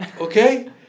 okay